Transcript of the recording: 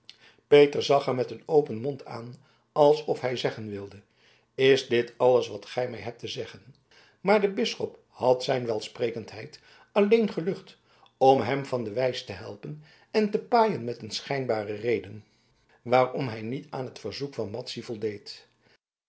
peter zag hem met een open mond aan alsof hij zeggen wilde is dit alles wat gij mij hebt te zeggen maar de bisschop had zijn welsprekendheid alleen gelucht om hem van de wijs te helpen en te paaien met een schijnbare reden waarom hij niet aan het verzoek van madzy voldeed